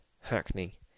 Hackney